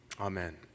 Amen